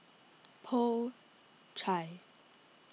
Po Chai